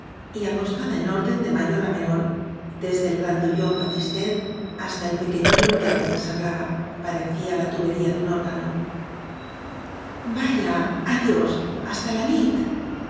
y acostada en orden de mayor á menor desde el grandullón batistet hasta el pequeñuelo que apenas hablaba pare cía la tubería de un órgano vaya adiós hasta la nit